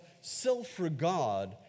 self-regard